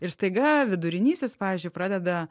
ir staiga vidurinysis pavyzdžiui pradeda